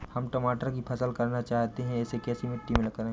हम टमाटर की फसल करना चाहते हैं इसे कैसी मिट्टी में करें?